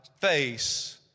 face